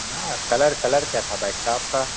ना colour colour क्या था बाइक का आपका